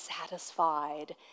satisfied